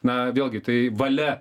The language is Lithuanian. na vėlgi tai valia